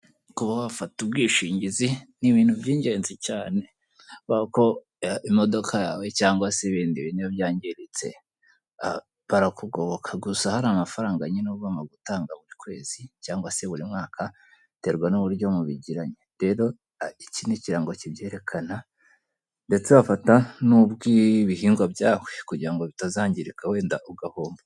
Kuba wafata ubwishingizi ni ibintu by'ingenzi cyane kuko imodoka yawe cyangwa se ibindi bintu iyo byangiritse barakugoboka gusa hari amafaranga nyine ugomba gutanga buri kwezi cyangwa se buri mwaka biterwa n'uburyo mubigiranye rero iki ni ikirango kibyerekana ndetse wafata n'ubwibihingwa byawe kugira bitazangirika wenda ugahomba.